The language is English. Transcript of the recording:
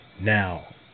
Now